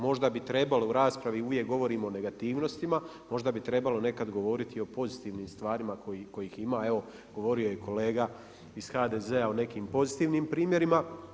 Možda bi trebalo u raspravi, uvijek govorimo o negativnostima, možda bi trebalo nekada govoriti o pozitivnim stvarima kojih ima, a evo, govorio kolega iz HDZ-a o nekim pozitivnim primjerima.